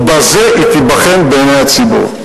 ובזה היא תיבחן בעיני הציבור.